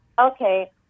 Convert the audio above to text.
Okay